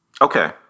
Okay